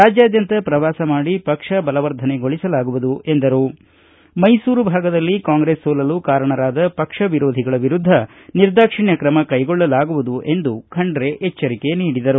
ರಾಜ್ಯದ್ಯಂತ ಪ್ರವಾಸ ಮಾಡಿ ಪಕ್ಷ ಬಲವರ್ಧನೆಗೊಳಿಸಲಾಗುವುದು ಎಂದರು ಮೈಸೂರು ಭಾಗದಲ್ಲಿ ಕಾಂಗ್ರೆಸ್ ಸೋಲಲು ಕಾರಣರಾದ ಪಕ್ಷ ವಿರೋಧಿಗಳ ವಿರುದ್ಧ ನಿರ್ದಾಕ್ಷಿಣ್ಯ ತ್ರಮ ಕೈಗೊಳ್ಳಲಾಗುವುದು ಎಂದು ಖಂಡ್ರೆ ಎಚ್ಚರಿಕೆ ನೀಡಿದರು